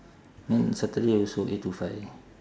then saturday also eight to five